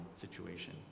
situation